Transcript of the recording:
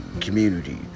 community